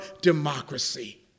democracy